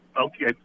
Okay